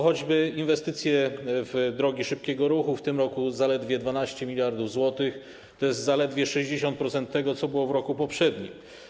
Choćby inwestycje w drogi szybkiego ruchu - w tym roku zaledwie 12 mld zł, to jest zaledwie 60% tego, co było w roku poprzednim.